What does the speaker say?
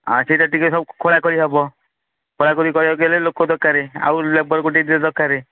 ଆଃ ସେଇଟା ଟିକିଏ ସବୁ ଖୋଳାଖୋଳି ହେବ ଖୋଳାଖୋଳି କରିବାକୁ ହେଲେ ଲୋକ ଦରକାର ଆଉ ଲେବର ଗୋଟେ ଦୁଇଟା ଦରକାର